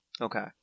Okay